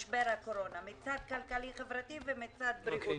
משבר הקורונה מבחינה כלכלית-חברתית ומבחינה בריאותית.